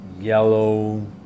yellow